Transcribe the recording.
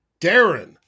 Darren